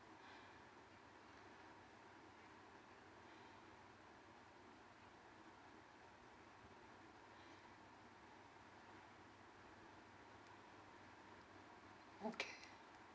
okay